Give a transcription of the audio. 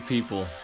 people